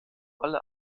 alle